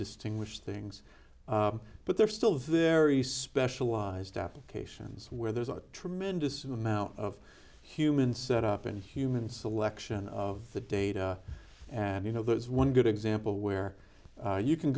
distinguish things but they're still very specialized applications where there's a tremendous amount of human set up and human selection of the data and you know there is one good example where you can